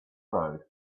road